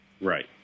Right